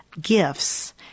gifts